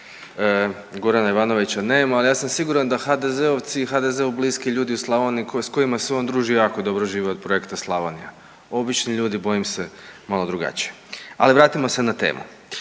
Gorana Ivanovića nema, ali ja sam siguran da HDZ-ovci i HDZ-u bliski ljudi u Slavoniji s kojima se on druži jako dobro žive od projekta Slavonija. Obični ljudi bojim se malo drugačije, ali vratimo se na temu.